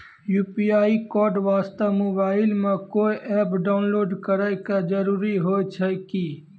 UPI code वास्ते mobile मे कोय एप्प डाउनलोड करे के जरूरी होय छै की?